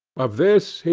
of this,